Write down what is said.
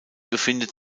befindet